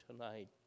tonight